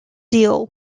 deal